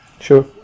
Sure